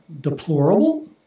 deplorable